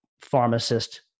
pharmacist